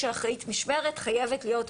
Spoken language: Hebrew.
של מה צריך להיות סטנדרט האיוש ביחידות השבץ.